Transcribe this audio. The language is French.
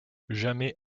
jamais